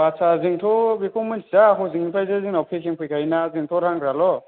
आथसा जोंथ' बेखौ मिन्थिया हजोंनिफ्रायसो जोंनाव पेकिं फैखायोना जोंथ' रानग्राल'